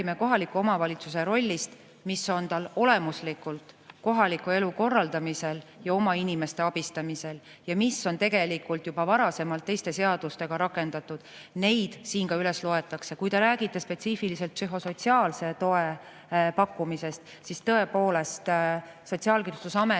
kohaliku omavalitsuse rollist, mis tal on kohaliku elu korraldamisel ja oma inimeste abistamisel ning mida on tegelikult juba varasemalt teiste seadustega rakendatud. Need siin ka üles loetakse. Kui te räägite spetsiifiliselt psühhosotsiaalse toe pakkumisest, siis tõepoolest, Sotsiaalkindlustusamet